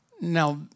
Now